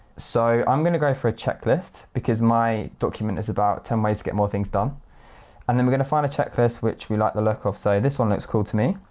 so i'm going to go for a checklist because my document is about ten ways to get more things done and then we're going to find a checklist which we like the look of so this one looks cool to me.